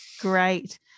Great